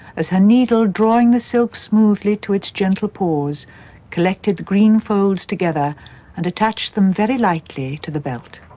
as her needle drawing the silk smoothly to its gentle paws collected the green folds together and attached them very lightly to the belt.